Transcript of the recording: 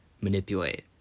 manipulate